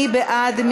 מי בעד?